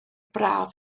braf